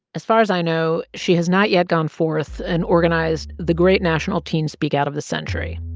as far as i know, she has not yet gone forth and organized the great national teen speak out of the century.